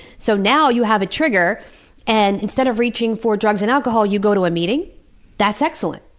so now you have a trigger and instead of reaching for drugs and alcohol you go to a meeting that's excellent!